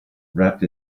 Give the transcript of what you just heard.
wrapped